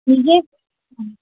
নিজেই